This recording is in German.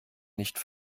nicht